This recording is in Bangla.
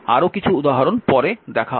আরো কিছু উদাহরণ পরে দেখা হবে